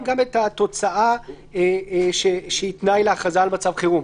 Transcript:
גם את התוצאה שהיא תנאי להכרזה על מצב חירום.